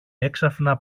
έξαφνα